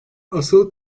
asıl